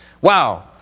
Wow